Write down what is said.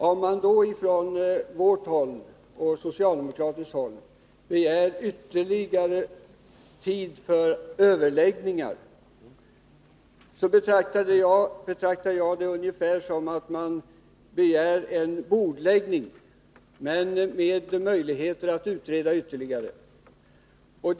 Om man då från socialdemokratiskt håll begär ytterligare tid för överläggningar, betraktar jag det ungefär som att begära en bordläggning, med möjligheter till ytterligare utredning.